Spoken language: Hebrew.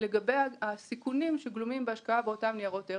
לגבי הסיכונים שגלומים בהשקעה באותם ניירות ערך,